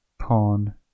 pawn